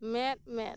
ᱢᱮᱫᱼᱢᱮᱫ